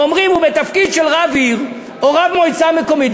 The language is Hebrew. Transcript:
ואומרים: הוא בתפקיד של רב עיר או רב מועצה מקומית,